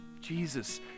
Jesus